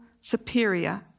superior